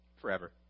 forever